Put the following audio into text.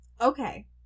Okay